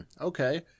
okay